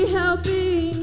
helping